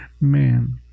Man